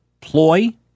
ploy